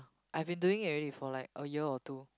I've been doing it already for like a year or two